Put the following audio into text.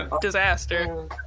disaster